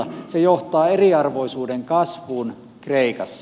se johtaa eriarvoisuuden kasvuun kreikassa